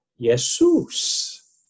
Jesus